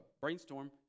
brainstorm